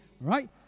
right